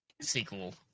sequel